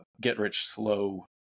get-rich-slow